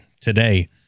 today